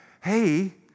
hey